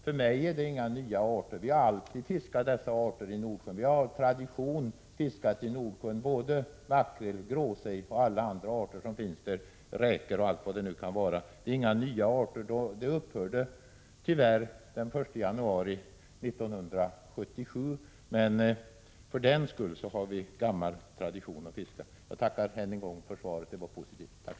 För mig är det inga nya arter. Vi har alltid fiskat dessa arter i Nordsjön. Vi har av tradition fiskat såväl makrill och gråsej som alla andra arter som finnsi — Prot. 1986/87:58 Nordsjön, räkor och allt vad det nu kan vara. Det är inga nya arter. Tyvärr 22 januari 1987 upphörde detta den första januari 1977, men vi har ändå gammal traditionatt. fiska dessa arter. Jag tackar än en gång för svaret. Det var positivt.